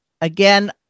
again